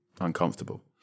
uncomfortable